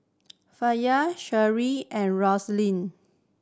Faye and Roslin